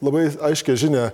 labai aiškią žinią